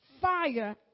fire